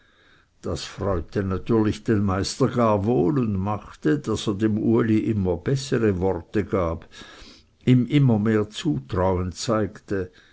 das freute natürlich den meister gar wohl und machte daß er dem uli immer bessere worte gab ihm immer mehr zutrauen zeigte